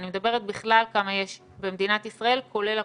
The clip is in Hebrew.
אני מדברת בכלל כמה יש במדינת ישראל כולל הקורונה.